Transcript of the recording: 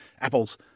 apples